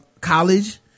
college